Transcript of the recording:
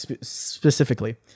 specifically